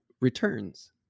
returns